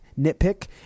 Nitpick